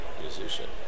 musician